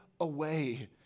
away